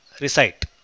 recite